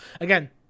Again